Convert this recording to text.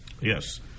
Yes